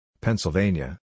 Pennsylvania